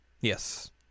Yes